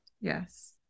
Yes